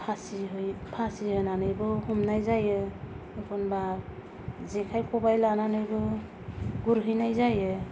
फासि होयो फासि होनानैबो हमनाय जायो एखम्बा जेखाइ ख'बाइ लानानैबो गुरहैनाय जायो